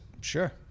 sure